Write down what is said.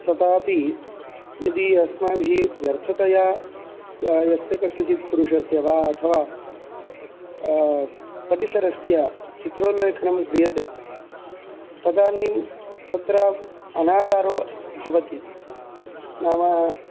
तथापि यदि अस्माभिः व्यर्थतया य यस्य कस्यचित् पुरुषस्य वा अथवा परिसरस्य चित्रोल्लेखनं क्रियते तदानीं तत्र अनादारो भवति नाम